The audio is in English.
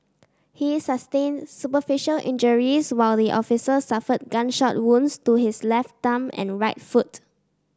he sustained superficial injuries while the officer suffered gunshot wounds to his left thumb and right foot